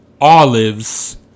olives